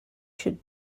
should